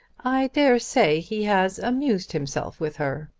i dare say he has amused himself with her.